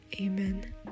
Amen